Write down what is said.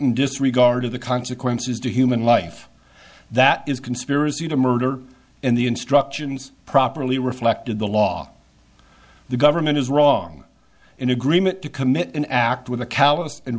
wanton disregard of the consequences to human life that is conspiracy to murder and the instructions properly reflected the law the government is wrong in agreement to commit an act with a c